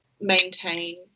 maintain